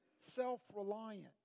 self-reliant